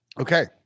Okay